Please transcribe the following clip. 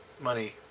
money